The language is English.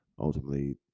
ultimately